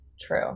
True